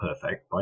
perfect